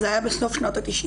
זה היה בסוף שנות ה-90